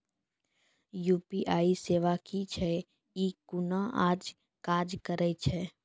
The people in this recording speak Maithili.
यु.पी.आई सेवा की छियै? ई कूना काज करै छै?